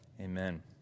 Amen